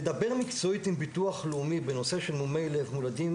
לדבר מקצועית עם ביטוח לאומי בנושא מומי לב מולדים,